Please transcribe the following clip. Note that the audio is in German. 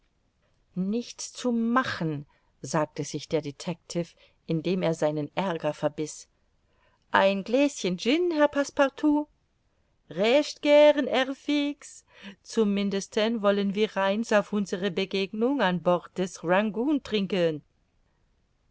nichts zu machen sagte sich der detectiv indem er seinen aerger verbiß ein gläschen gin herr passepartout recht gern herr fix zum mindesten wollen wir eins auf unsere begegnung an bord des rangoon trinken